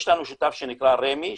יש לנו שותף שנקרא רמ"י,